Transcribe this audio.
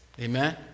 Amen